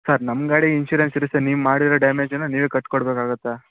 sir ನಮ್ಮ ಗಾಡಿಗೆ insurance ಇದೆ ಸರ್ ನೀವು ಮಾಡಿರೋ ಡ್ಯಾಮೇಜನ್ನು ನೀವೇ ಕಟ್ಟಿಕೊಡ್ಬೇಕಾಗತ್ತೆ